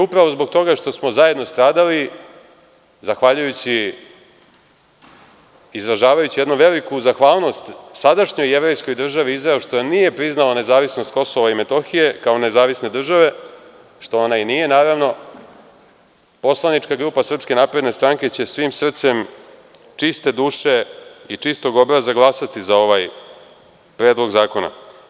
Upravo zbog toga što smo zajedno stradali, izražavajući jednu veliku zahvalnost sadašnjoj jevrejskoj državi Izrael što nije priznala nezavisnost Kosova i Metohije, kao nezavisne države, što ona i nije naravno, poslanička grupa SNS će svim srcem, čiste duše i čistog obraza glasati za ovaj Predlog zakona.